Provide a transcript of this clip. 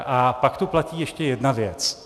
A pak tu platí ještě jedna věc.